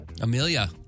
Amelia